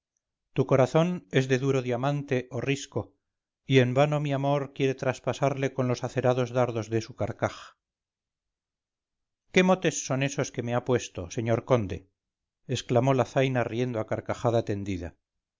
tu corazón es de duro diamante o risco y en vano mi amor quiere traspasarle con los acerados dardos de su carcaj qué motes son esos que me ha puesto señor conde exclamó la zaina riendo a carcajada tendida